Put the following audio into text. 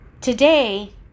Today